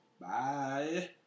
Bye